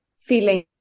feeling